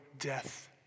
death